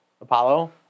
Apollo